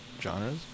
genres